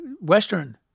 Western